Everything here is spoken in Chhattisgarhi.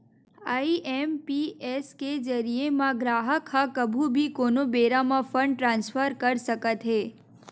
आई.एम.पी.एस के जरिए म गराहक ह कभू भी कोनो बेरा म फंड ट्रांसफर कर सकत हे